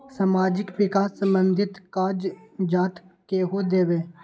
समाजीक विकास संबंधित कागज़ात केहु देबे?